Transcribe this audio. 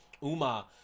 uma